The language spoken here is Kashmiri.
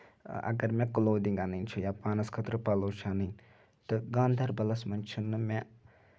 اَگر مےٚ کُلودِنگ اَنٕنۍ چھِ یا پانَس خٲطرٕ پَلو چھِ اَنٕنۍ تہٕ گاندربَلس منٛز چھُنہٕ مےٚ